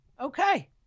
Okay